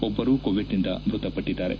ಒಬ್ಬರು ಕೋವಿಡ್ನಿಂದ ಮೃತಪಟ್ಟದ್ದಾರೆ